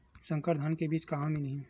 संकर धान के बीज कहां मिलही?